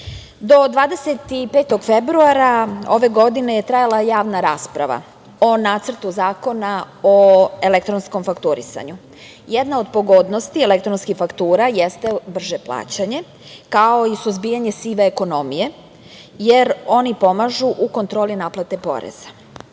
do 25. februara, ove godine je trajala javna rasprava o Nacrtu zakona o elektronskom fakturisanju. Jedna od pogodnosti elektronskih faktura jeste brže plaćanje, kao i suzbijanje sive ekonomije, jer oni pomažu u kontroli naplate poreza.